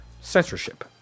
censorship